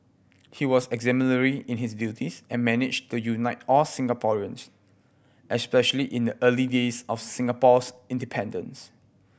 he was exemplary in his duties and managed to unite all Singaporeans especially in the early days of Singapore's independence